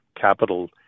capital